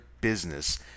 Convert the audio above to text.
business